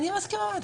אני מסכימה איתך.